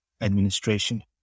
administration